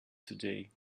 today